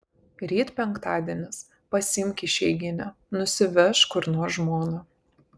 ryt penktadienis pasiimk išeiginę nusivežk kur nors žmoną